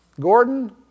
Gordon